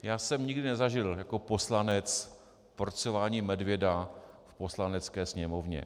Já jsem nikdy nezažil jako poslanec porcování medvěda v Poslanecké sněmovně.